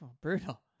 Brutal